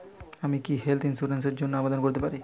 আমি কি health insurance র জন্য আবেদন করতে পারি?